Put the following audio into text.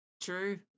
True